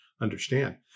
understand